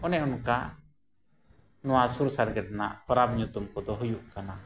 ᱚᱱᱮ ᱚᱱᱠᱟ ᱱᱚᱣᱟ ᱥᱩᱨ ᱥᱟᱰᱜᱮᱫ ᱨᱮᱱᱟᱜ ᱯᱟᱨᱟᱵᱽ ᱧᱩᱛᱩᱢ ᱠᱚᱫᱚ ᱦᱩᱭᱩᱜ ᱠᱟᱱᱟ